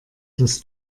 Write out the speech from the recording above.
das